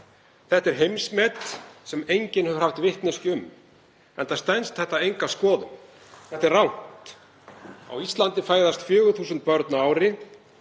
Þetta er heimsmet sem enginn hefur haft vitneskju um enda stenst þetta enga skoðun. Þetta er rangt. Á Íslandi fæðast 4.000 börn á ári.